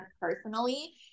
personally